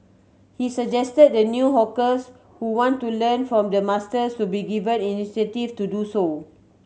he suggest the new hawkers who want to learn from the masters to be given incentives to do so